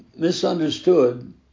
misunderstood